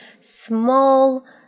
small